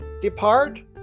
depart